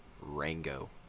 Rango